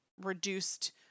reduced